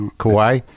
Kauai